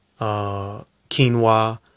quinoa